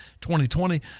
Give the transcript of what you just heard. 2020